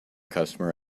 customer